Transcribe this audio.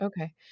okay